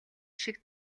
шиг